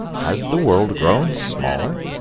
has the world grown smaller?